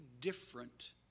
different